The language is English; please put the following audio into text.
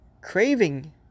craving